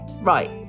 Right